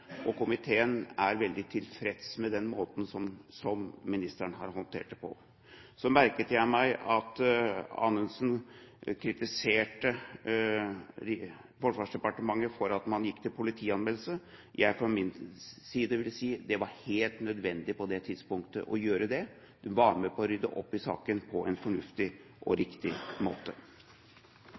og komiteen er veldig tilfreds med den måten ministeren har håndtert det på. Så merket jeg meg at representanten Anundsen kritiserte Forsvarsdepartementet for at man gikk til politianmeldelse. Jeg for min del vil si at det var helt nødvendig å gjøre det på det tidspunktet. Det var med på å rydde opp i saken på en fornuftig og riktig måte.